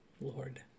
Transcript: Lord